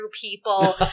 people